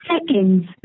seconds